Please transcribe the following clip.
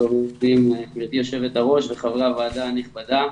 גברתי יושבת הראש וחברי הוועדה הנכבדים,